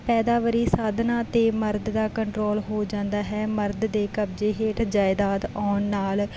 ਪੈਦਾਵਰੀ ਸਾਧਨਾਂ 'ਤੇ ਮਰਦ ਦਾ ਕੰਟਰੋਲ ਹੋ ਜਾਂਦਾ ਹੈ ਮਰਦ ਦੇ ਕਬਜ਼ੇ ਹੇਠ ਜਾਇਦਾਦ ਆਉਣ ਨਾਲ